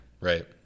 Right